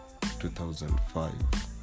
2005